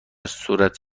صورت